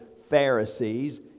Pharisees